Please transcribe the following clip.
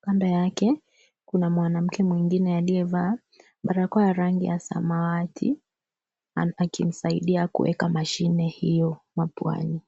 Kando yake, kuna mwanamke mwingine, aliyevaa balakoa ya rangi ya samawati , akimsaidia kuweka mashine hiyo mapuani.